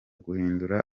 guhindura